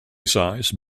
size